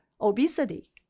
obesity